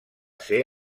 ser